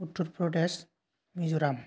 Uttar Pradesh Mizoram